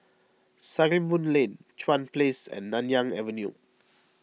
Sarimbun Lane Chuan Place and Nanyang Avenue